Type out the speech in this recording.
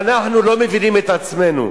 ואנחנו לא מבינים את עצמנו.